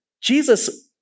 Jesus